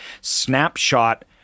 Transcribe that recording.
Snapshot